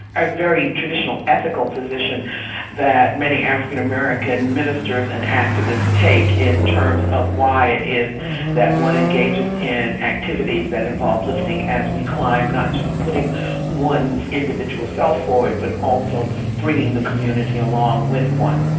a very traditional, ethical position that many african american ministers and activists take in terms of why it is that one engages in activities that involve lifting as we climb, not just putting one's individual self forward, but also bringing the community along with one.